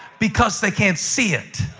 because they can't see it.